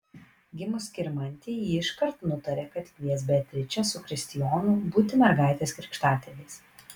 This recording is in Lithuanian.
gimus skirmantei ji iškart nutarė kad kvies beatričę su kristijonu būti mergaitės krikštatėviais